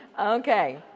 Okay